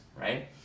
right